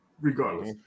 regardless